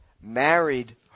married